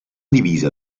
divisa